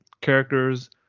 characters